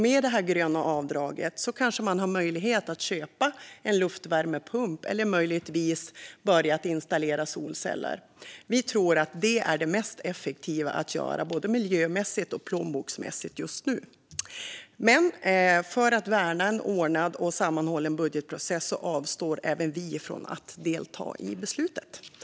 Med det gröna avdraget kanske man får möjlighet att köpa en luftvärmepump eller möjligtvis installera solceller. Centerpartiet tror att det är det mest effektiva att göra, både miljömässigt och plånboksmässigt, just nu. Men för att värna en ordnad och sammanhållen budgetprocess avstår även vi från att delta i beslutet.